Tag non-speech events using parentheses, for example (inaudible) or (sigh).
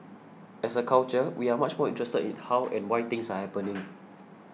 as a culture we are much more interested in how and why things are happening (noise)